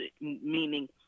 meaning